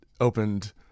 opened